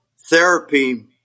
therapy